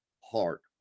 heart